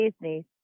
business